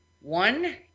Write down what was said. One